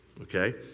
okay